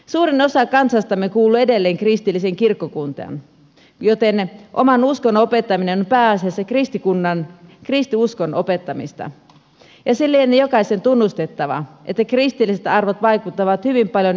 suurin osa kansastamme kuuluu edelleen kristilliseen kirkkokuntaan joten oman uskonnon opettaminen on pääasiassa kristikunnan kristinuskon opettamista ja se lienee jokaisen tunnustettava että kristilliset arvot vaikuttavat hyvin paljon yhteiskuntajärjestyksessämme